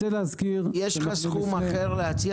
יש לך סכום אחר להציע?